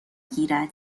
گیرد